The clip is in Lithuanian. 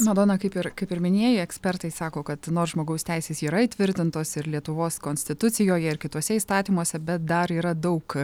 madona kaip ir kaip ir minėjai ekspertai sako kad nors žmogaus teisės yra įtvirtintos ir lietuvos konstitucijoje ir kituose įstatymuose bet dar yra daug